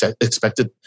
expected